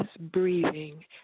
breathing